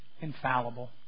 infallible